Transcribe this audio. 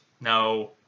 No